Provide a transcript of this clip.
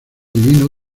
divino